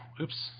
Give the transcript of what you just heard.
oops